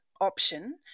option